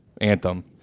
Anthem